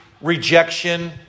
rejection